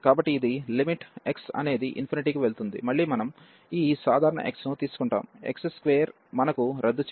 కాబట్టి ఇది limit x అనేది కి వెళుతుంది మళ్ళీ మనం ఈ సాధారణ x ను తీసుకుంటాము x2మనకు రద్దు చెయ్యబడుతుంది